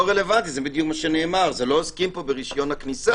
לא עוסקים פה ברשיון הכניסה.